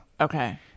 Okay